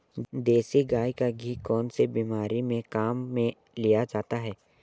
देसी गाय का घी कौनसी बीमारी में काम में लिया जाता है?